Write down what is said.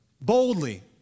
boldly